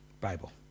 Bible